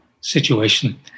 situation